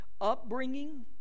upbringing